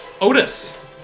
Otis